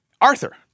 Arthur